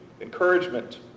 encouragement